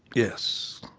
yes.